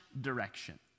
direction